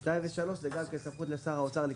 פסקאות (2) ו-(3) זה גם סמכות לשר החקלאות